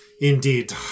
indeed